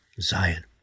Zion